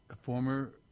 former